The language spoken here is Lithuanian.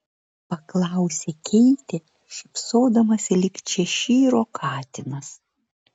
paklausė keitė šypsodamasi lyg češyro katinas